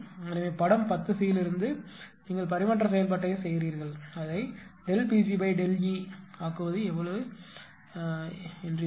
எனவே படம் 10 c இலிருந்து 10 c இலிருந்து நீங்கள் பரிமாற்ற செயல்பாட்டைச் செய்கிறீர்கள் அதை PgΔE ஆக்குவது எவ்வளவு சரியாக இருக்கும்